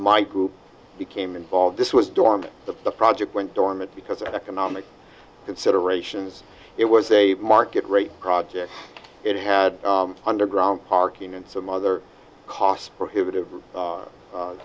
my group became involved this was dormant the project went dormant because of economic considerations it was a market rate project it had underground parking and some other cost prohibitive